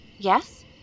Yes